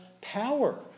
power